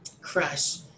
Crush